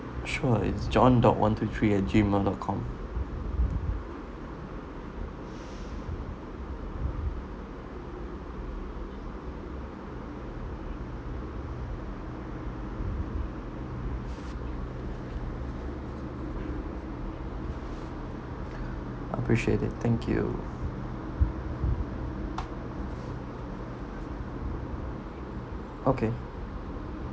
sure it's john dot one two three at Gmail dot com appreciate it thank you okay